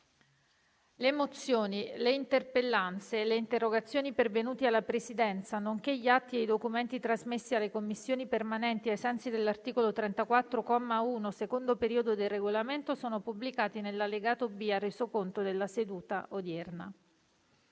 Le mozioni, le interpellanze e le interrogazioni pervenute alla Presidenza, nonché gli atti e i documenti trasmessi alle Commissioni permanenti ai sensi dell'articolo 34, comma 1, secondo periodo, del Regolamento sono pubblicati nell'allegato B al Resoconto della seduta odierna.